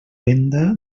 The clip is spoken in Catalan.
venda